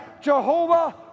Jehovah